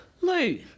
Lou